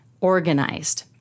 organized